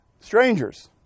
Strangers